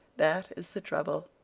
that is the trouble.